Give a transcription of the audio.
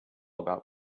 about